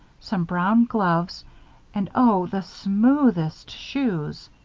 some brown gloves and oh! the smoothest shoes.